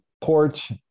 porch